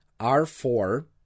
R4